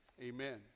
amen